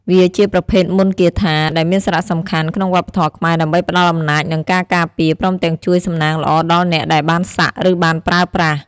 វាជាប្រភេទមន្តគាថា ដែលមានសារៈសំខាន់ក្នុងវប្បធម៌ខ្មែរ ដើម្បីផ្ដល់អំណាច និងការការពារ ព្រមទាំងជួយសំណាងល្អដល់អ្នកដែលបានសាក់ ឬបានប្រើប្រាស់។